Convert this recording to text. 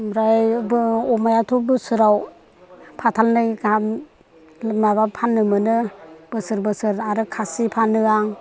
ओमफ्राय बे अमायाथ' बोसोराव फाथालनै गाहाम माबा फाननो मोनो बोसोर बोसोर आरो खासि फानो आं